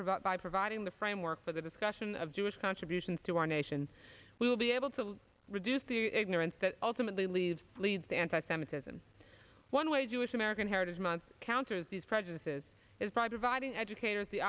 provoked by providing the framework for the discussion of jewish contributions to our nation we will be able to reduce the ignorance that ultimately leads leads to anti semitism one way jewish american heritage month counters these prejudices is broad dividing educators the